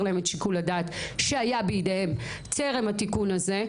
להם את שיקול הדעת שהיה בידיהם טרם התיקון הזה,